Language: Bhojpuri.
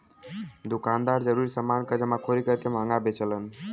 दुकानदार जरूरी समान क जमाखोरी करके महंगा बेचलन